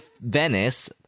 Venice